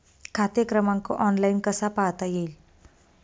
खाते क्रमांक ऑनलाइन कसा पाहता येईल?